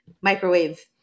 microwave